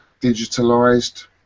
digitalized